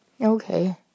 okay